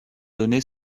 donné